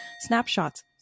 snapshots